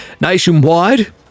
Nationwide